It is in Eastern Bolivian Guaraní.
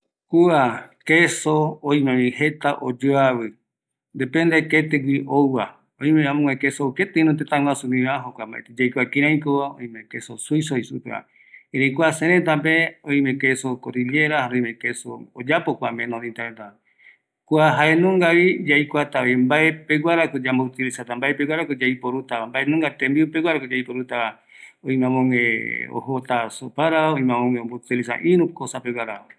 Kua quesoreta öimevi jeta oyoavɨ, yaikuatako ketɨgui ouva, kuape oime queso cordillera, oime queso memonita jei supeva, kuareta jaenungavi, yaikuata mbaepeguara yaiporutava